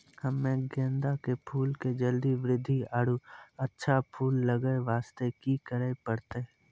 हम्मे गेंदा के फूल के जल्दी बृद्धि आरु अच्छा फूल लगय वास्ते की करे परतै?